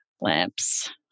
lamps